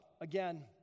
again